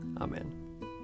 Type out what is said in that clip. Amen